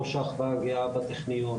ראש האחווה הגאה בטכניון.